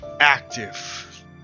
active